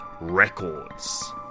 Records